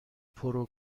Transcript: پرو